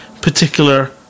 particular